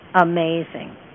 amazing